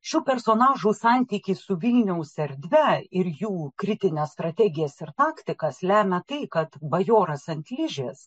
šių personažų santykį su vilniaus erdve ir jų kritines strategijas ir taktikas lemia tai kad bajoras ant ližės